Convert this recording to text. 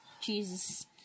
Jesus